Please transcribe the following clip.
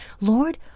Lord